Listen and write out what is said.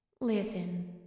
Listen